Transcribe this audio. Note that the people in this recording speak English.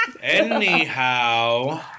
Anyhow